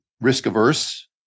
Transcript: risk-averse